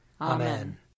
Amen